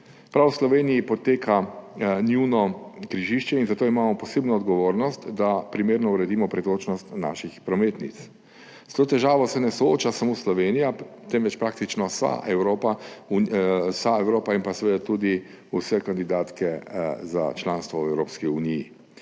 Prav v Sloveniji poteka njuno križišče in zato imamo posebno odgovornost, da primerno uredimo pretočnost naših prometnic. S to težavo se ne sooča samo Slovenija, temveč praktično vsa Evropa in seveda tudi vse kandidatke za članstvo v Evropski uniji.